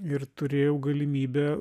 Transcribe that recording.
ir turėjau galimybę